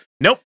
Nope